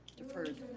deferred.